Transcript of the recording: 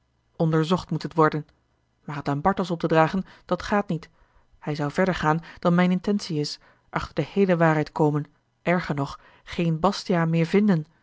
onderzocht moet het worden maar het aan bartels op te dragen dat gaat niet hij zou verder gaan dan mijne intentie is achter de heele waarheid komen erger nog geen bastiaan meer vinden